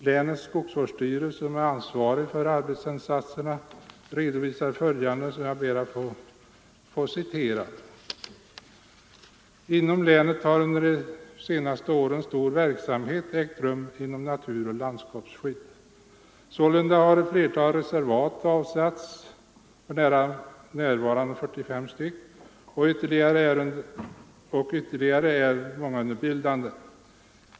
Länets skogsvårdsstyrelse, som är ansvarig för arbetsinsatserna, redovisar följande: ”Inom länet har under senare år en stor verksamhet ägt rum inom naturoch landskapsvård. Sålunda har ett flertal reservat avsatts, f.n. 45 st, och ytterligare är under bildande.